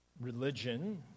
religion